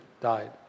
died